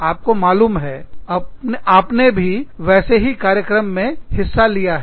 आपको मालूम है आपने भी वैसे ही कार्यक्रम में हिस्सा लिया है